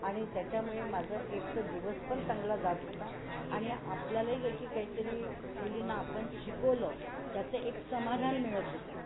आणि त्याच्यामुळे माझं एक तर दिवस पण चांगला जात होता आणि आपल्यालाही काही की काहीतरी मुलींना आपण शिकवलं त्याचं एक समाधान मिळत होतं